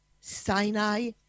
Sinai